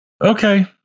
Okay